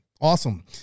awesome